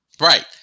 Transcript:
Right